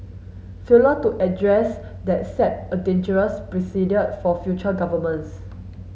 failure to address that set a dangerous precedent for future governments